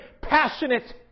passionate